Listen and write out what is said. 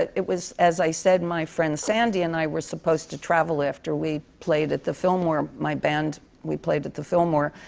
it was, as i said, my friend sandy and i were supposed to travel after we played at the fillmore. my band, we played at the fillmore.